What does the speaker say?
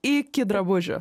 iki drabužių